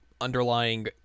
underlying